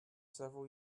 several